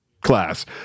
class